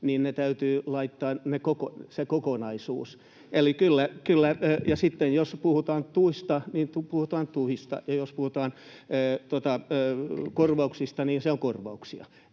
mielestäni täytyy laittaa se kokonaisuus. [Mauri Peltokangas: Kyllä!] Ja sitten jos puhutaan tuista, niin puhutaan tuista, ja jos puhutaan korvauksista, niin ne ovat korvauksia.